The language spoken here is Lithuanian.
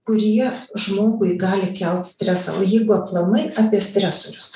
kurie žmogui gali kelt stresą o jeigu aplamai apie stresorius